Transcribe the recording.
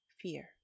fear